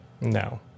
No